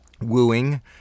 wooing